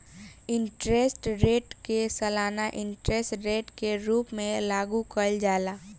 interest rate के सालाना interest rate के रूप में लागू कईल जाला